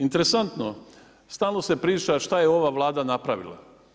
Interesantno, stalno se priča što je ova Vlada napravila.